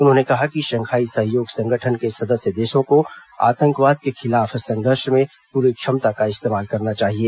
उन्होंने कहा कि शंघाई सहयोग संगठन के सदस्य देशों को आतंकवाद के खिलाफ संघर्ष में पूरी क्षमता का इस्तेमाल करना चाहिए